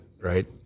right